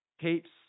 keeps